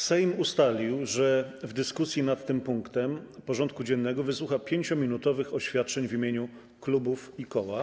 Sejm ustalił, że w dyskusji nad tym punktem porządku dziennego wysłucha 5-minutowych oświadczeń w imieniu klubów i koła.